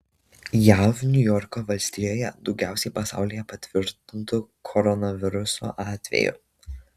jav niujorko valstijoje daugiausiai pasaulyje patvirtintų koronaviruso atvejų